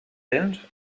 dents